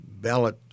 ballot